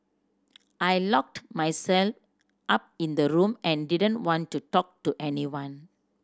I locked myself up in the room and didn't want to talk to anyone